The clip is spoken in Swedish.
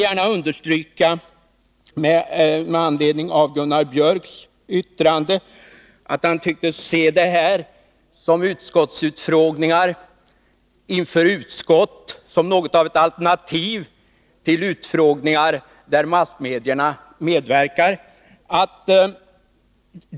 Gunnar Biörck tycktes se utfrågningar inför utskott såsom något av ett alternativ till utfrågningar där massmedia medverkar.